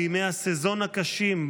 בימי הסזון הקשים,